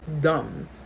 dumb